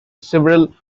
several